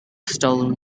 stolen